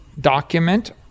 document